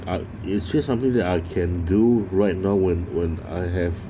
I it's just something that I can do right now when when I have